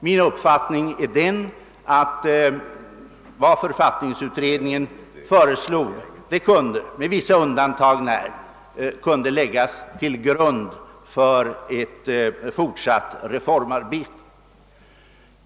Min uppfattning är den, att vad författningsutredningen föreslog kunde, med vissa undantag, läggas till grund för ett fortsatt reformarbete.